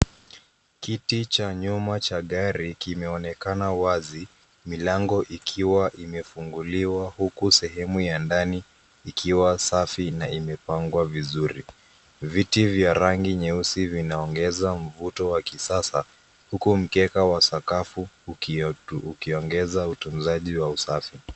Kiti cha nyuma cha gari kimeonekana wazi, milango ikiwa imefunguliwa, huku sehemu ya ndani ikiwa safi na imepangwa vizuri. Viti vya rangi nyeusi vinaongeza mvuto wa kisasa, huku mkeka wa sakafu, ukiongeza utunzaji wa usafi.